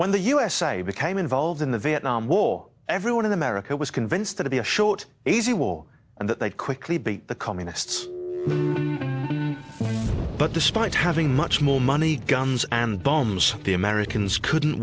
when the usa became involved in the vietnam war everyone in america was convinced it to be a short easy war and that quickly beat the communists but despite having much more money guns and bombs the americans couldn't